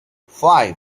five